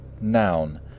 noun